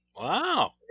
Wow